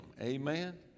Amen